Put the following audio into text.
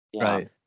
right